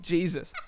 Jesus